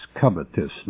covetousness